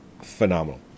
phenomenal